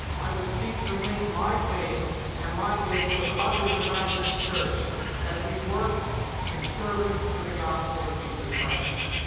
i would seek to link my faith and my gifts with others around this church as we work in service to the gospel of jesus christ.